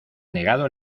negado